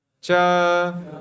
Cha